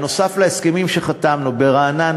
נוסף על הסכמים שחתמנו ברעננה,